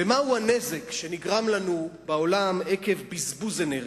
ומהו הנזק שנגרם לנו בעולם עקב בזבוז אנרגיה?